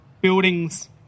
buildings